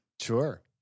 Sure